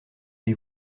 les